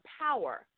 power